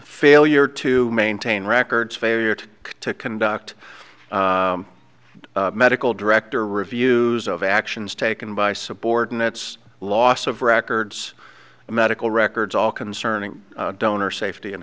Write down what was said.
failure to maintain records failure to conduct medical director reviews of actions taken by subordinates loss of records medical records all concerning donor safety